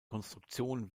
konstruktion